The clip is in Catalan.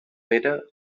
era